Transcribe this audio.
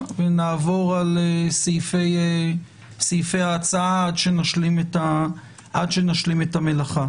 ונעבור על סעיפי ההצעה עד שנשלים את המלאכה.